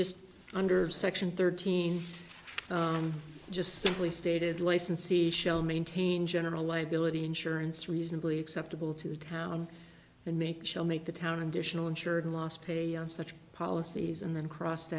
just under section thirteen just simply stated licensee shall maintain general liability insurance reasonably acceptable to town and make shall make the town additional insured loss pay and such policies and then crossed